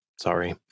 Sorry